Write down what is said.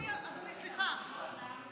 אה, סליחה, אדוני.